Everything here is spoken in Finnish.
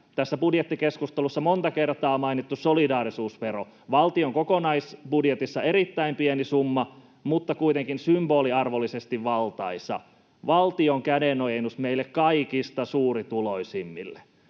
tässä budjettikeskustelussa monta kertaa mainittu solidaarisuusvero on valtion kokonaisbudjetissa erittäin pieni summa mutta kuitenkin symboliarvollisesti valtaisa valtion kädenojennus meille kaikista suurituloisimmille